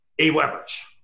AWeber's